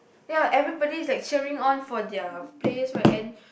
ya everybody is like cheering on for their players right and